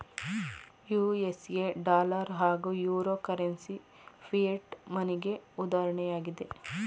USA dollar ಹಾಗೂ euro currency fiat ಮನಿಗೆ ಉದಾಹರಣೆಯಾಗಿದೆ